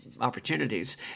opportunities